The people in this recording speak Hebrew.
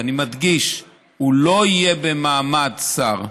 ואני מדגיש, הוא לא יהיה במעמד שר,